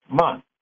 month